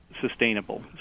sustainable